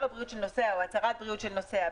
הצהרת בריאות של נוסע.